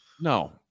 No